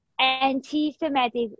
anti-semitic